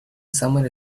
somebody